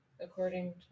According